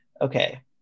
okay